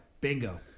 Bingo